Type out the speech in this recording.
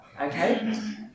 okay